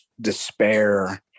despair